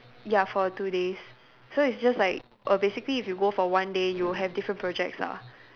ya for two days so it's just like err basically if you go for one day you'll have different projects ah